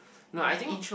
no I think